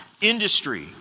industry